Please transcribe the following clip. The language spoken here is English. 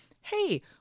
hey